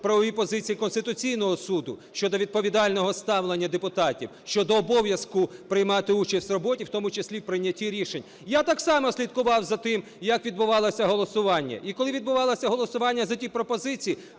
правові позиції Конституційного Суду щодо відповідального ставлення депутатів, щодо обов'язку приймати участь в роботі, в тому числі і прийнятті рішень. Я так само слідкував за тим, як відбувалося голосування, і коли відбувалося голосування за ті пропозиції,